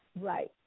Right